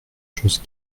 chose